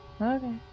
Okay